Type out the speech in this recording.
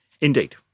Indeed